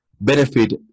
benefit